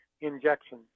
injection